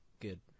good